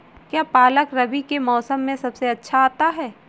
क्या पालक रबी के मौसम में सबसे अच्छा आता है?